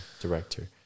director